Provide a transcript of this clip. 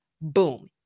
Boom